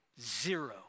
Zero